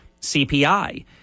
CPI